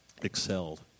excelled